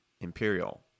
Imperial